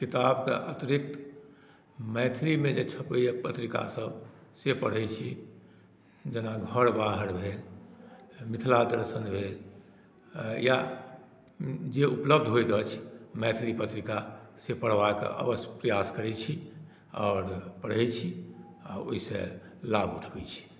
किताबके अतिरिक्त मैथिलीमे जे छपैया पत्रिका सभ से पढ़ै छी जेना घर बाहर भेल मिथिला दर्शन भेल या जे उपलब्ध होइत अछि मैथिली पत्रिका से पढ़बाक अवश्य प्रयास करै छी आओर पढ़ै छी आ ओहिसॅं लाभ उठबै छी